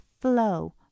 flow